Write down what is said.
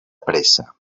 pressa